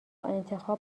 انتخاب